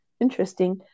interesting